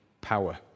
power